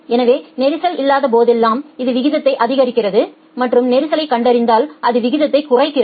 எனவே நெரிசல் இல்லாத போதெல்லாம் இது விகிதத்தை அதிகரிக்கிறது மற்றும் நெரிசலைக் கண்டறிந்தால் அது விகிதத்தைக் குறைக்கிறது